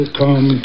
come